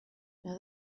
now